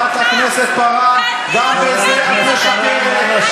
חברת הכנסת פארן, גם בזה את משקרת.